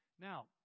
Now